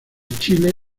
chile